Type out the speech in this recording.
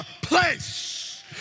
place